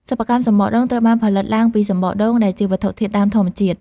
សិប្បកម្មសំបកដូងត្រូវបានផលិតឡើងពីសំបកដូង ដែលជាវត្ថុធាតុដើមធម្មជាតិ។